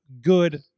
good